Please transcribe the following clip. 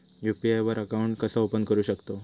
UPI वर account कसा open करू शकतव?